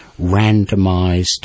randomized